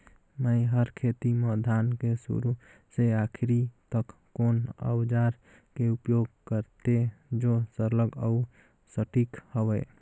मै हर खेती म धान के शुरू से आखिरी तक कोन औजार के उपयोग करते जो सरल अउ सटीक हवे?